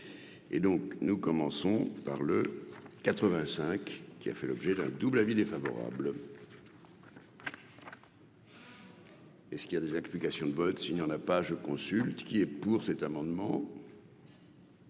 et donc nous commençons par le, 85 qui a fait l'objet la double avis défavorable. Et ce qu'il y a des explications de vote si il y en a pas, je consulte, qui est pour cet amendement.